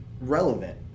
relevant